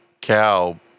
cow